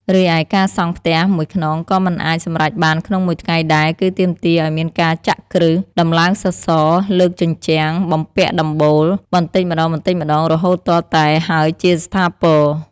រីឯ ការសង់ផ្ទះមួយខ្នងក៏មិនអាចសម្រេចបានក្នុងមួយថ្ងៃដែរ គឺទាមទារឱ្យមានការចាក់គ្រឹះ ដំឡើងសសរ លើកជញ្ជាំង បំពាក់ដំបូល បន្តិចម្តងៗ រហូតទាល់តែហើយជាស្ថាពរ។